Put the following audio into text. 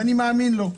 ואני מאמין לו.